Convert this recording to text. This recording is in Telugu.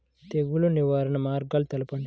తెగులు నివారణ మార్గాలు తెలపండి?